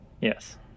yes